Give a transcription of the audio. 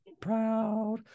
proud